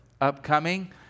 upcoming